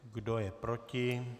Kdo je proti?